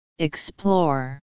Explore